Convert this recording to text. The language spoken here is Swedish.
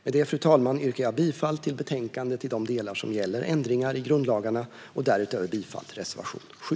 Med det, fru talman, yrkar jag bifall till förslaget i betänkandet i de delar som gäller ändringar i grundlagarna och därutöver bifall till reservation 7.